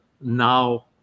now